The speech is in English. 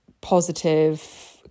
positive